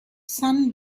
sun